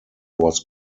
was